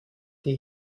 die